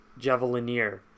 Javelinier